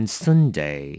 sunday